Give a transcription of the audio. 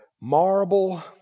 Marble